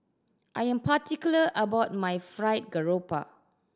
I am particular about my Fried Garoupa